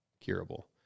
Curable